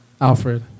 Alfred